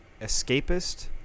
escapist